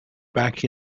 back